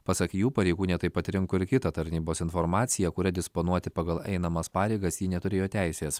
pasak jų pareigūnė taip pat rinko ir kita tarnybos informacija kuria disponuoti pagal einamas pareigas ji neturėjo teisės